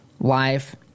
life